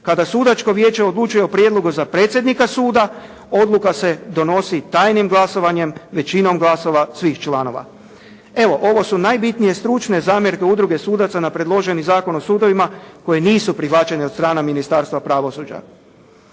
Kada Sudačko vijeće odlučuje o prijedlogu za predsjednika suda odluka se donosi tajnim glasovanjem većinom glasova svih članova.“ Evo, ovo su najbitnije stručne zamjerke Udruge sudaca na predloženi Zakon o sudovima koje nisu prihvaćene od strane Ministarstva pravosuđa.